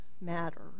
Matter